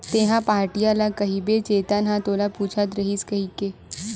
तेंहा पहाटिया ल कहिबे चेतन ह तोला पूछत रहिस हे कहिके